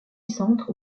centre